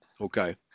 Okay